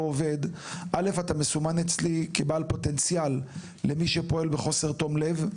עובד קודם כל אתה מסומן אצלי כפוטנציאל למי שפועל בחוסר תום לב,